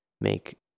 make